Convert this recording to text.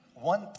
one